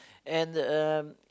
and um